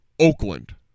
Oakland